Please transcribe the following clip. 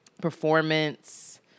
performance